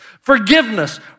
Forgiveness